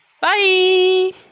Bye